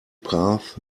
path